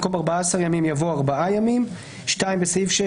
במקום "ארבעה עשר ימים" יבוא "ארבעה ימים"; בסעיף 6,